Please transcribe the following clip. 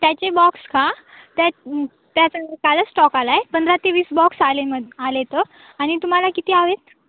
त्याचे बॉक्स का त्या त्याचं कालच स्टॉक आला आहे पंधरा ते वीस बॉक्स आले मग आले आहेत आणि तुम्हाला किती हवे आहेत